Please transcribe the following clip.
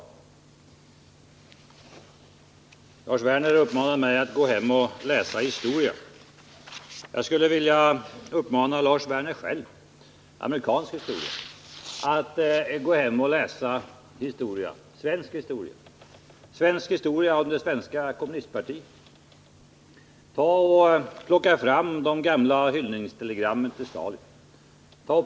Lars Werner uppmanar mig att gå hem och läsa amerikansk historia. Jag skulle vilja uppmana Lars Werner att själv gå hem och läsa svensk historia, det svenska kommunistpartiets historia. Plocka fram de gamla hyllningstelegrammen till Stalin!